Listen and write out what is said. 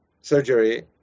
surgery